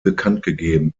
bekanntgegeben